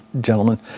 gentlemen